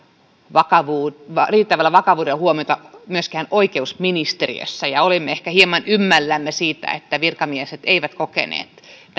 vakavuudella riittävällä vakavuudella huomiota myöskään oikeusministeriössä olemme ehkä hieman ymmällämme siitä että virkamiehet eivät kokeneet näitä